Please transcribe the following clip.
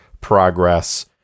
progress